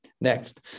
Next